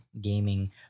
gaming